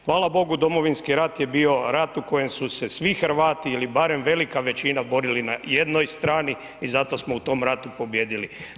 Hvala Bogu Domovinski rat je bio rat u kojem su se svi Hrvati ili barem velika većina borili na jednoj strani i zato smo u tom ratu pobijedili.